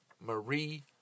Marie